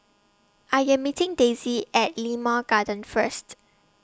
I Am meeting Daisy At Limau Garden First